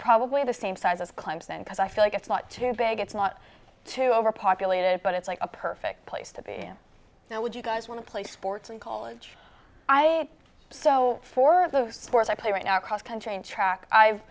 probably the same size of clemson because i feel like it's not too big it's not too overpopulated but it's like a perfect place to be now would you guys want to play sports in college i so for the sport i play right now cross country and track i've